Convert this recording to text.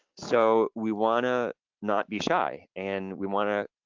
so we wanna not be shy, and we wanna